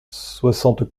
soixante